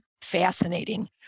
fascinating